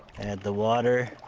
the water